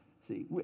see